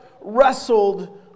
wrestled